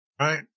right